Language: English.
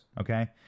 okay